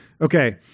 Okay